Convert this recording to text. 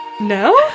No